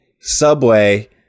Subway